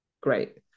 great